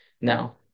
Now